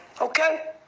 Okay